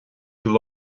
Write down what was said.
gcill